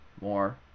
more